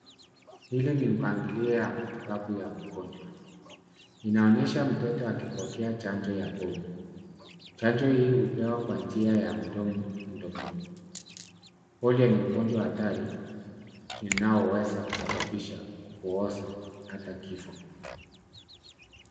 Hili ni mpangilio ya matibabu ya mgonjwa. Inaonyesha mtoto akipokea chanjo ya polio. Chanjo hii hupewa kwa njia ya mdomo, mdomoni. Polio ni ugonjwa hatari inaoweza kusababisha kupooza hata kifo.